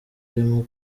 arimo